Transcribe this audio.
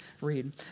read